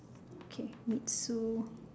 okay meet sue